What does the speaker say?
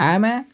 ఆమె